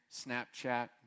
Snapchat